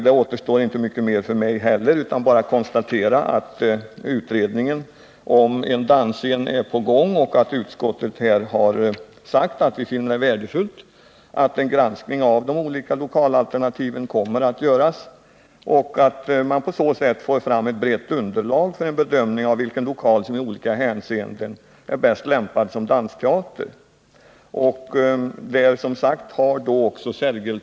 Det återstår inte mycket mer för mig än att konstatera att en utredning om en dansscen är på gång. Utskottet har sagt att vi finner det värdefullt att en granskning av de olika lokalalternativen kommer att göras, så att man får fram ett brett underlag för att ta ställning till vilken lokal som i olika hänseenden är bäst lämpad som dansteater.